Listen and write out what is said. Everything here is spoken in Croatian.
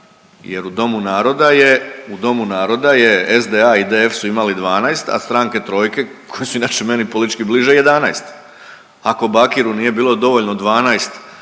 je, u Domu naroda je SDA i DF su imali 12, a stranke Trojke, koje su inače meni politički bliže, 11. Ako Bakiru nije bilo dovoljno 12